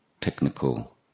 technical